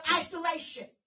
isolation